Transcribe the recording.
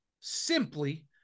simply